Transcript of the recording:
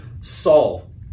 Saul